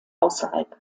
außerhalb